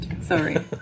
sorry